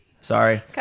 Sorry